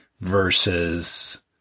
versus